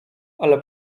ale